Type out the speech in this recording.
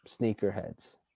sneakerheads